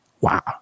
wow